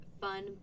fun